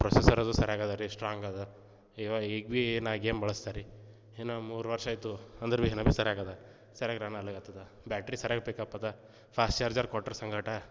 processor ಅದು ಸರಿಯಾಗಿ ಇದೆ ರೀ ಸ್ಟ್ರಾಂಗ್ ಇದೆ ಇವು ಈಗ ಭೀ ನಾ ಗೇಮ್ ಬಳಸ್ತೆ ರೀ ಇನ್ನು ಮೂರು ವರ್ಷ ಆಯ್ತು ಅಂದ್ರು ಭೀ ಇನ್ನು ಭೀ ಸರಿಯಾಗಿದೆ ಸರಿಯಾಗಿ ರನ್ ಆಗ್ಲಿಕತ್ತಿದೆ ಬ್ಯಾಟ್ರಿ ಸರಿಯಾಗ ಪಿಕ್ ಅಪ್ ಇದೆ ಫಾಸ್ಟ್ ಚಾರ್ಜರ್ ಕೊಟ್ರು ಸಂಗಡ